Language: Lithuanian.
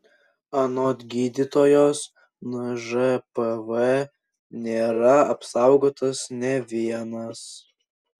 anot gydytojos nuo žpv nėra apsaugotas nė vienas